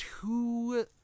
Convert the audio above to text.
two